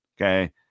Okay